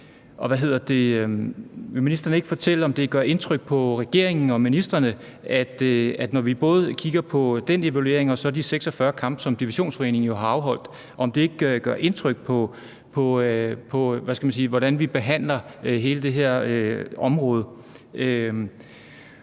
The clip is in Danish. vil ministeren ikke fortælle, om det gør indtryk på regeringen og ministrene, når vi både kigger på den evaluering og også på de 46 kampe, som Divisionsforeningen jo har afholdt, altså om det ikke gør indtryk, i forhold til hvordan vi behandler hele det her område?